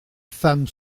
femmes